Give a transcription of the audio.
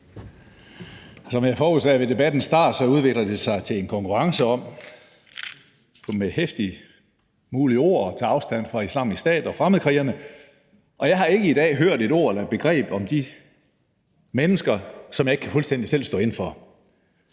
Som jeg forudsagde ved debattens start, udvikler det sig til en konkurrence om med de heftigst mulige ord at tage afstand fra Islamisk Stat og fremmedkrigerne. Og jeg har ikke i dag hørt et ord eller et begreb om de mennesker, som jeg ikke fuldstændig selv kan stå inde for.